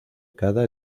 cada